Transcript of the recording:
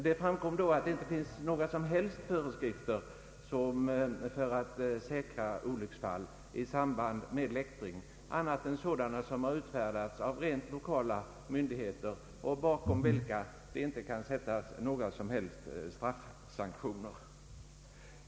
Det visade sig då att det inte finns några som helst föreskrifter för att hindra olycksfall i samband med läktring annat än sådana bestämmelser som har utfärdats av rent lokala myndigheter och bakom vilka det inte kan sättas några straffsanktioner.